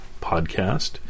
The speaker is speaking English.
podcast